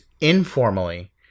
informally